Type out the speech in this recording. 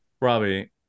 Robbie